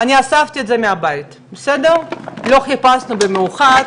אני אספתי את זה מהבית, לא חיפשנו במיוחד.